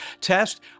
Test